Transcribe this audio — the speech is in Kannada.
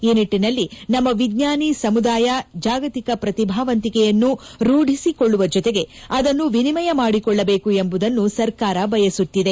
ಈ ನಿಟ್ಟನಲ್ಲಿ ನಮ್ನ ವಿಜ್ವಾನಿ ಸಮುದಾಯ ಜಾಗತಿಕ ಪ್ರತಿಭಾವಂತಿಕೆಯನ್ನು ರೂಢಿಸಿಕೊಳ್ಳುವ ಜೊತೆಗೆ ಅದನ್ನು ವಿನಿಮಯ ಮಾಡಿಕೊಳ್ಳಬೇಕು ಎಂಬುದನ್ನು ಸರ್ಕಾರ ಬಯಸುತ್ತಿದೆ